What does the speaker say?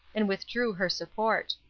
and withdrew her support.